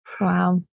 Wow